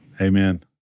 Amen